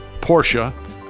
Porsche